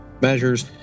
measures